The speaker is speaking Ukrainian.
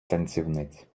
танцівниць